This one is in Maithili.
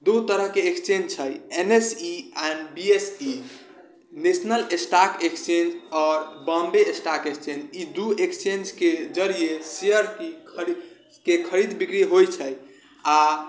दू तरहके एक्सचेन्ज छै N S E and B S E national stock exchange आओर बोम्बे स्टॉक एक्सचेन्ज ई दू एक्सचेन्जके जरिए शेयरके खरीद बिक्री होइ छै आओर